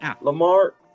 Lamar